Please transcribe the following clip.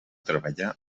treballar